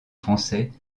français